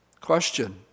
Question